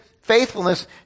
faithfulness